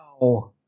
Wow